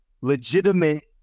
legitimate